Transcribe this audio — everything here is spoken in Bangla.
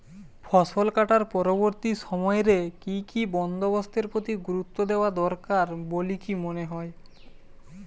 ফসলকাটার পরবর্তী সময় রে কি কি বন্দোবস্তের প্রতি গুরুত্ব দেওয়া দরকার বলিকি মনে হয়?